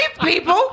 people